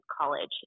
college